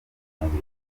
mubiri